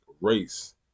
race